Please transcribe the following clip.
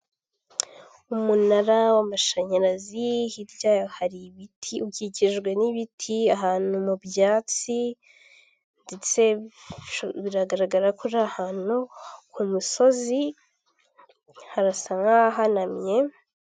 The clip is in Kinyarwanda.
Umunara w'amashanyarazi hirya hari ibiti ukikijwe n'ibiti ahantu mu byatsi, ndetse biragaragara ko uri ahantu ku musozi, harasa nk'ahahanamye.